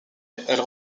elle